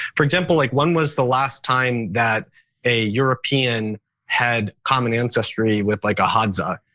for example, like when was the last time that a european had common ancestry with like a hadza?